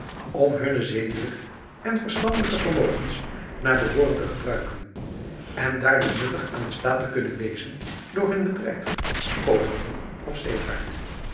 maurits lijnslager zedelijke en verstandelijke vermogens naar behooren te gebruiken en daardoor nuttig aan den staat te kunnen wezen door hun bedrijf koophandel of zeevaart